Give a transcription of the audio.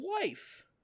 wife